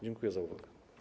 Dziękuję za uwagę.